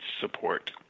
support